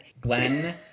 Glenn